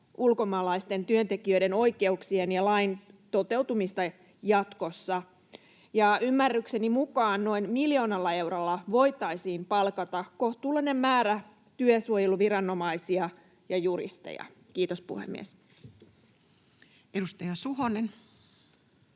ulkomaalaisten työntekijöiden oikeuksien ja lain toteutumista jatkossa. Ymmärrykseni mukaan noin miljoonalla eurolla voitaisiin palkata kohtuullinen määrä työsuojeluviranomaisia ja juristeja. — Kiitos, puhemies. [Speech